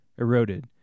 eroded